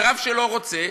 ורב שלא רוצה,